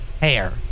hair